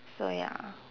so ya